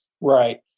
right